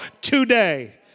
today